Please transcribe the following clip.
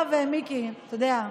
מיקי, אתה יודע,